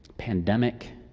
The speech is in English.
Pandemic